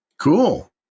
Cool